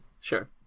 Sure